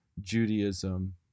judaism